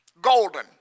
golden